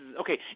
okay